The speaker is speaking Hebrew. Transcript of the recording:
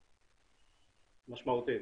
משמעותית.